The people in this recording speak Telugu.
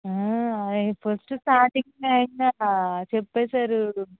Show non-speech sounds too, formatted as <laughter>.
ఫస్ట్ స్టార్టింగ్ <unintelligible> చెప్పేశారు